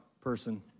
person